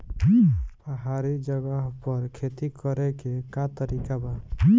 पहाड़ी जगह पर खेती करे के का तरीका बा?